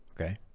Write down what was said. okay